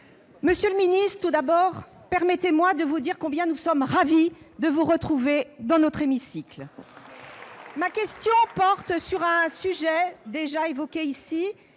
Monsieur le Premier ministre, permettez-moi de vous dire combien nous sommes ravis de vous retrouver dans notre hémicycle ! Ma question porte sur un sujet déjà évoqué ici